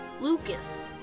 Lucas